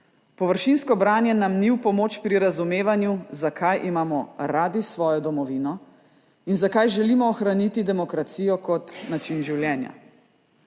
Površinsko branje nam ni v pomoč pri razumevanju, zakaj imamo radi svojo domovino in zakaj želimo ohraniti demokracijo kot način življenja.